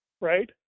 Right